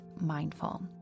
mindful